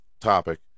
topic